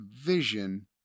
vision